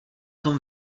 tom